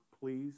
please